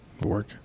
Work